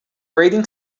rating